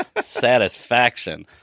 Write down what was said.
Satisfaction